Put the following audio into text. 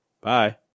Bye